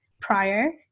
prior